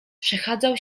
przechadzał